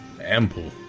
ample